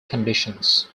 conditions